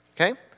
Okay